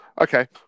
Okay